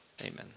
Amen